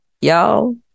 y'all